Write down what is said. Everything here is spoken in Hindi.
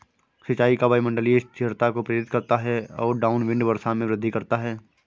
सिंचाई का वायुमंडलीय अस्थिरता को प्रेरित करता है और डाउनविंड वर्षा में वृद्धि करता है